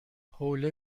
حوله